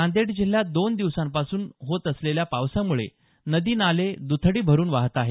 नांदेड जिल्ह्यात दोन दिवसांपासून होत असलेल्या पावसामुळे नदी नाले दुथडी भरुन वाहत आहेत